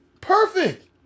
perfect